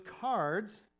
cards